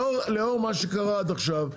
לאור מה שקרה עד עכשיו,